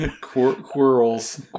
Quarrels